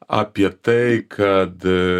apie tai kad